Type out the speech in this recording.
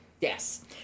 Yes